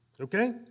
Okay